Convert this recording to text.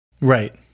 Right